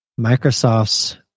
Microsoft's